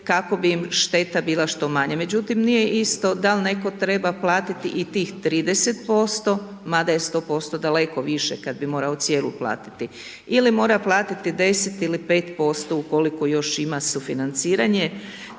kako bi im šteta bila što manja. Međutim nije isto dal' netko treba platiti i tih 30% mada je 100% daleko više kad bi morao cijelu platiti ili mora platiti 10 ili 5% ukoliko još ima sufinanciranje